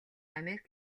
америк